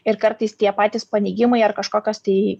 ir kartais tie patys paneigimai ar kažkokios tai